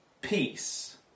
peace